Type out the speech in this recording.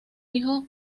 hijo